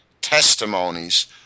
testimonies